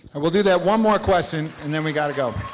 i will do that one more question and then we gotta go.